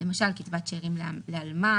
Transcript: למשל קצבת שארים לאלמן,